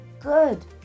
good